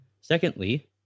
Secondly